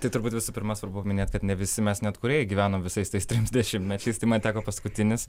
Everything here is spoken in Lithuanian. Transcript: tai turbūt visų pirma svarbu paminėt kad ne visi mes net kūrėjai gyvenom visais tais trims dešimtmečiais tai man teko paskutinis